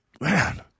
Man